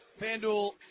FanDuel